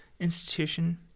institution